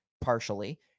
partially